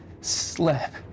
slap